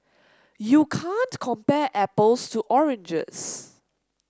you can't compare apples to oranges